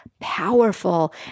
powerful